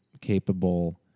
capable